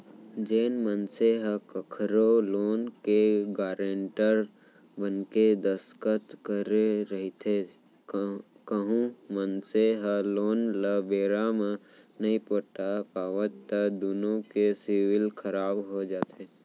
जेन मनसे ह कखरो लोन के गारेंटर बनके दस्कत करे रहिथे कहूं मनसे ह लोन ल बेरा म नइ पटा पावय त दुनो के सिविल खराब हो जाथे